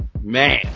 Man